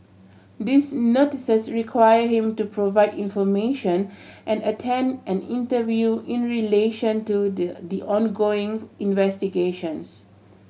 these Notices require him to provide information and attend an interview in relation to the the ongoing investigations